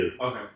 okay